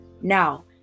Now